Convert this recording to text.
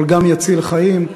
אבל גם יציל חיים,